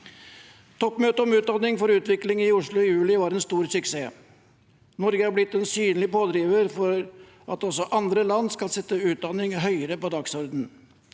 Toppmøtet om utdanning for utvikling i Oslo i juli var en stor suksess. Norge er blitt en synlig pådriver for at også andre land skal sette utdanning høyere på dagsordenen.